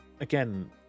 again